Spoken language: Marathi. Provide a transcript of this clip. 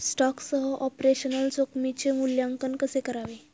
स्टॉकसह ऑपरेशनल जोखमीचे मूल्यांकन कसे करावे?